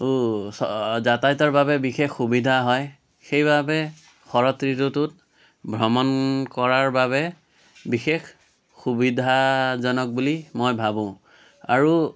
যাতয়াতৰ বাবে বিশেষ সুবিধা হয় সেইবাবে শৰৎ ঋতুটোত ভ্ৰমণ কৰাৰ বাবে বিশেষ সুবিধাজনক বুলি মই ভাবোঁ আৰু